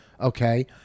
Okay